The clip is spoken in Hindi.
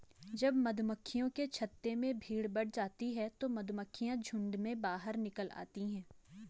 जब मधुमक्खियों के छत्ते में भीड़ बढ़ जाती है तो मधुमक्खियां झुंड में बाहर निकल आती हैं